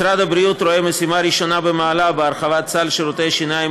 משרד הבריאות רואה בהרחבת סל שירותי השיניים